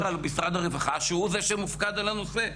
אני מדבר על משרד הרווחה שהוא זה שמופקד על הנושא,